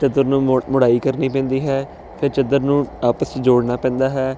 ਚਾਦਰ ਨੂੰ ਮੁੜ ਮੁੜਾਈ ਕਰਨੀ ਪੈਂਦੀ ਹੈ ਫਿਰ ਚਾਦਰ ਨੂੰ ਆਪਸ 'ਚ ਜੋੜਨਾ ਪੈਂਦਾ ਹੈ